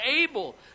able